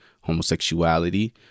homosexuality